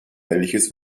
welches